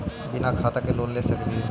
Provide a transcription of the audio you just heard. बिना खाता के लोन ले सकली हे?